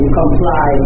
comply